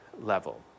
level